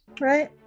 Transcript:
right